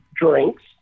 drinks